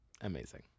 Amazing